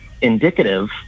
indicative